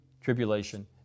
tribulation